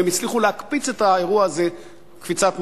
והם הצליחו להקפיץ את האירוע הזה קפיצת מדרגה.